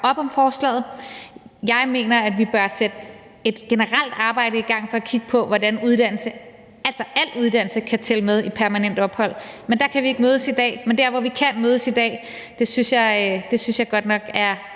op om forslaget. Jeg mener, at vi bør sætte et generelt arbejde i gang for at kigge på, hvordan uddannelse, altså al uddannelse, kan tælle med, når der søges om permanent ophold. Der kan vi ikke mødes i dag, men der, hvor vi kan mødes i dag, synes jeg godt nok er